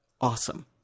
Awesome